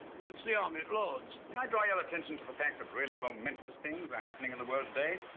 against the army at lords. may i draw your attention to the fact that really momentous things are happening in the world today?